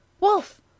Wolf